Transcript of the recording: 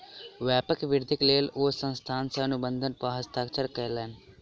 व्यापारक वृद्धिक लेल ओ संस्थान सॅ अनुबंध पर हस्ताक्षर कयलैन